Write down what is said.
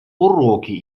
уроки